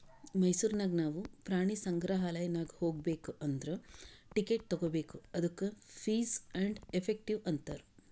ಮೈಸೂರ್ ನಾಗ್ ನಾವು ಪ್ರಾಣಿ ಸಂಗ್ರಾಲಯ್ ನಾಗ್ ಹೋಗ್ಬೇಕ್ ಅಂದುರ್ ಟಿಕೆಟ್ ತಗೋಬೇಕ್ ಅದ್ದುಕ ಫೀಸ್ ಆ್ಯಂಡ್ ಎಫೆಕ್ಟಿವ್ ಅಂತಾರ್